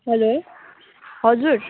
hello हजुर